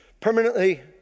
permanently